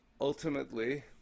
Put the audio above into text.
ultimately